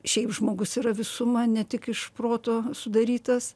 šiaip žmogus yra visuma ne tik iš proto sudarytas